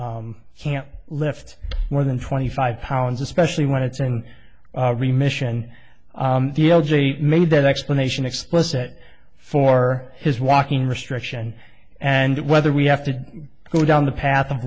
s can't lift more than twenty five pounds especially when it's in remission made that explanation explicit for his walking restriction and whether we have to go down the path of